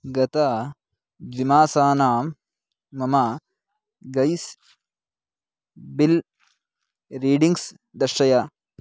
गतद्विमासानां मम gas bill readings दर्शय